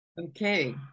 Okay